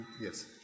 Yes